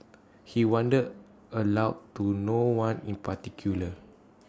he wondered aloud to no one in particular